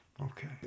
Okay